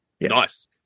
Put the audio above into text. Nice